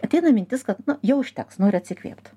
ateina mintis kad jau užteks noriu atsikvėpt